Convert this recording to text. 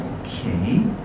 Okay